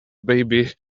baby